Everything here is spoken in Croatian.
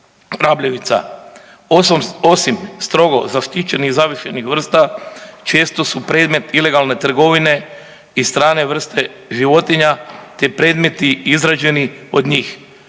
Osim strogo zaštićenih zavičajnih vrsta često su predmet ilegalne trgovine i strane vrste životinja, te predmeti izrađeni od njih.